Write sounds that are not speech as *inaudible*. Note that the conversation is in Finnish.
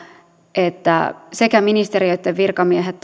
että sekä ministeriöitten virkamiehet *unintelligible*